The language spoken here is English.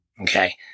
okay